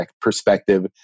perspective